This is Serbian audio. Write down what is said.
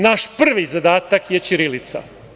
Naš prvi zadatak je ćirilica.